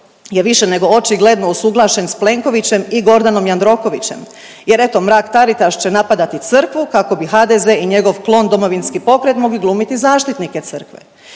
je više nego očigledno usuglašen sa Plenkovićem i Gordanom Jandrokovićem, jer eto Mrak Taritaš će napadati crkvu kako bi HDZ i njegov klon Domovinski pokret mogli glumiti zaštitnike crkve.